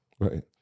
right